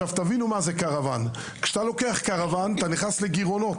תבינו מה זה קרוואן כשאתה לוקח קרוואן אתה נכנס לגירעונות,